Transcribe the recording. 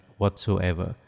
whatsoever